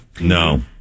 No